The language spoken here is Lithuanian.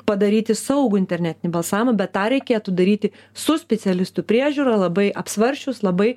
padaryti saugų internetinį balsavimą bet tą reikėtų daryti su specialistų priežiūra labai apsvarsčius labai